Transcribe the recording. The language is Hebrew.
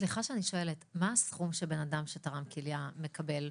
סליחה שאני שואלת: מה הסכום שבן אדם שתרם כליה מקבל?